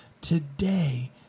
Today